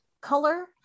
color